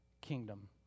kingdom